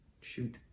shoot